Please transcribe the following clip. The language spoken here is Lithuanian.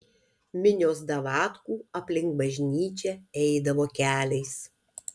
minios davatkų aplink bažnyčią eidavo keliais